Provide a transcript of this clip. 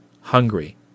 hungry